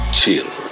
chill